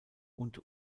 und